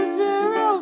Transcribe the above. zero